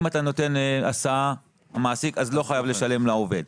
אם המעסיק נותן הסעה, הוא לא חייב לשלם לעובד.